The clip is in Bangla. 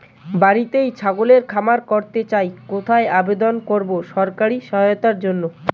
বাতিতেই ছাগলের খামার করতে চাই কোথায় আবেদন করব সরকারি সহায়তার জন্য?